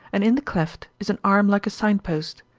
and in the cleft, is an arm like a signpost.